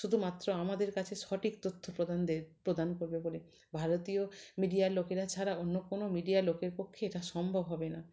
শুধুমাত্র আমাদের কাছে সঠিক তথ্য প্রদান দে প্রদান করবে বলে ভারতীয় মিডিয়ার লোকেরা ছাড়া অন্য কোনো মিডিয়ার লোকের পক্ষে এটা সম্ভব হবে না